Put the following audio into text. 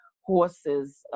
horse's